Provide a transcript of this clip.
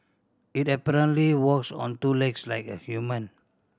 it apparently walks on two legs like a human